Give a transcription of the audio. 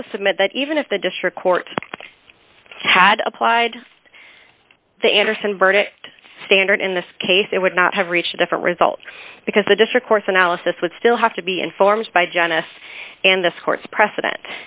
also submit that even if the district court had applied the andersen verdict standard in this case it would not have reached a different result because the district courts analysis would still have to be informed by janice and this court's precedent